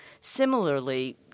Similarly